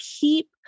keep